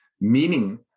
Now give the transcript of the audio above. meaning